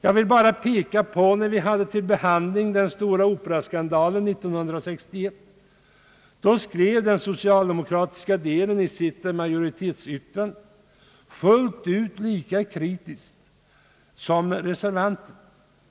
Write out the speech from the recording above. Jag vill bara peka på hur det gick till när konstitutionsutskottet år 1961 behandlade den stora operaskandalen. Då skrev den socialdemokratiska delen i sitt majoritetsyttrande fullt ut lika kritiskt som reservanterna.